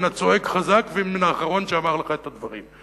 ומן הצועק חזק ומן האחרון שאמר לך את הדברים.